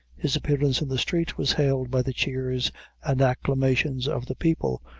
his appearance in the street was hailed by the cheers and acclamations of the people,